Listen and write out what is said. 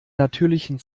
natürlichen